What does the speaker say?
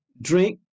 drink